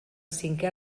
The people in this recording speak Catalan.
cinquè